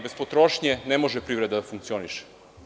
Bez potrošnje ne može privreda da funkcioniše.